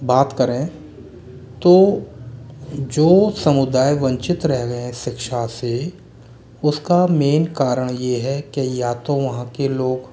बात करें तो जो समुदाय वंचित रह गये हैं सिक्षा से उसका मेन कारण यह है के या तो वहाँ के लोग